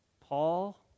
Paul